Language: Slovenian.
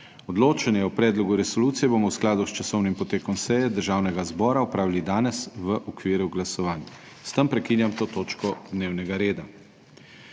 Odločanje o predlogu resolucije bomo v skladu s časovnim potekom seje Državnega zbora opravili danes v okviru glasovanj. S tem prekinjam to točko dnevnega reda.